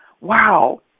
wow